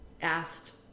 asked